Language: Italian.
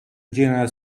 genera